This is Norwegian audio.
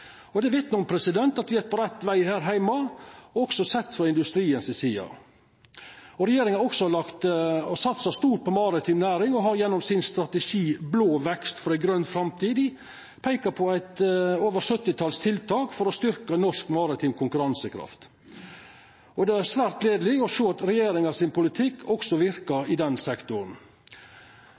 tiår. Det vitnar om at me er på rett veg her heime, også sett frå industrien. Regjeringa har også satsa stort på maritim næring, og har gjennom strategien «blå vekst for grøn framtid» peika på over 70 tiltak for å styrkja norsk maritim konkurransekraft. Det er svært gledeleg å sjå at regjeringa sin politikk verkar også i den sektoren.